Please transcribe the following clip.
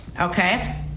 Okay